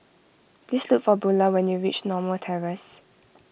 please look for Bula when you reach Norma Terrace